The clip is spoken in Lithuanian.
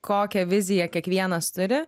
kokią viziją kiekvienas turi